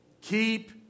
Keep